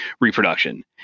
reproduction